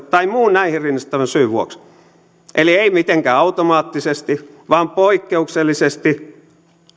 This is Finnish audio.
tai muun näihin rinnastettavan syyn vuoksi eli ei mitenkään automaattisesti vaan poik keuksellisesti